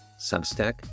Substack